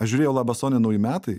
aš žiūrėjau labas sonia nauji metai